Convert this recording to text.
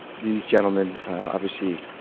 these gentlemen obviously